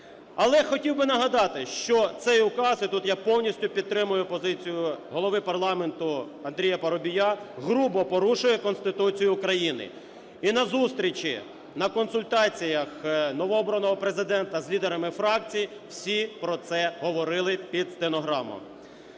Але хотів би нагадати, що цей указ - і тут я повністю підтримую позицію голови парламенту Андрія Парубія, - грубо порушує Конституцію України. І на зустрічі, на консультаціях новообраного Президента з лідерами фракцій всі про це говорили під стенограму.